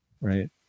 right